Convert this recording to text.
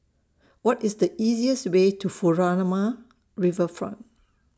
What IS The easiest Way to Furama Riverfront